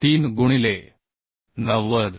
3 गुणिले 90